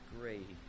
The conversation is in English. Great